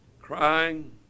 crying